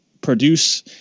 produce